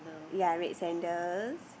ya red sandals